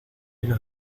los